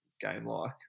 game-like